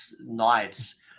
knives